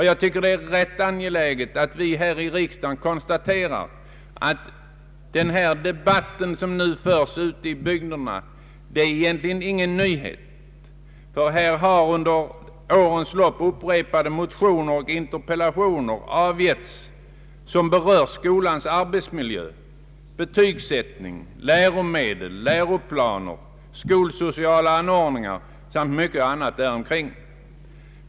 Jag tycker det är rätt angeläget att vi här i riksdagen konstaterar att den debatt som nu förs ute i bygderna egentligen inte är någon nyhet. Under årens lopp har upprepade motioner och interpellationer avgivits som berör skolans arbetsmiljö, betygsättning, läromedel, läroplaner, skolsociaia anordningar samt mycket annat däromkring.